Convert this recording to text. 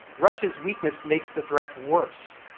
russia's weakness makes the threat worse,